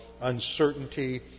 uncertainty